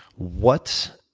what